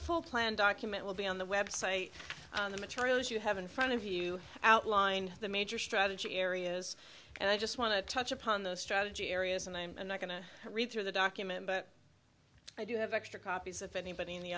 full plan document will be on the website the materials you have in front of you outlined the major strategy areas and i just want to touch upon the strategy areas and i'm not going to read through the document but i do have extra copies if anybody in the